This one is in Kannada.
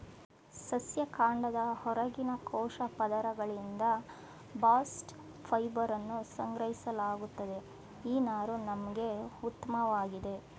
ಸಸ್ಯ ಕಾಂಡದ ಹೊರಗಿನ ಕೋಶ ಪದರಗಳಿಂದ ಬಾಸ್ಟ್ ಫೈಬರನ್ನು ಸಂಗ್ರಹಿಸಲಾಗುತ್ತದೆ ಈ ನಾರು ನಮ್ಗೆ ಉತ್ಮವಾಗಿದೆ